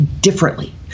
differently